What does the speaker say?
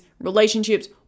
relationships